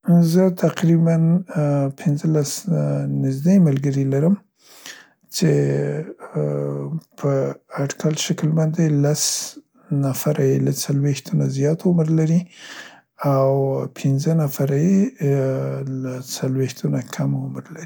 زه تقریباً پینځلس نزدې ملګري لرم، څې، ا ا، په اټکل شکل باندې لس نفره یې له څلویښتونه ډير عمر لري او پینځه نفره یې، ی، له څلویښتو نه کم عمر لري.